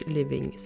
Living